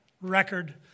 record